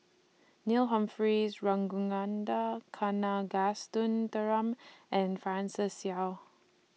Neil Humphreys Ragunathar Kanagasuntheram and Francis Seow